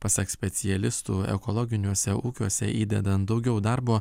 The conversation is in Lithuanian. pasak specialistų ekologiniuose ūkiuose įdedant daugiau darbo